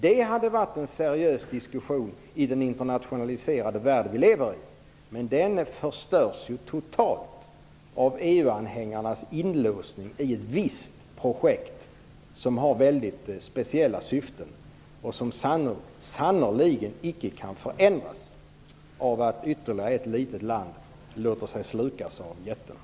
Det hade varit en seriös diskussion i den internationaliserade värld vi lever i. Men den förstörs ju totalt av EU-anhängarnas inlåsning i ett visst projekt som har mycket speciella syften. Dessa kan sannerligen inte förändras av att ytterligare ett litet land låter sig slukas av jätten,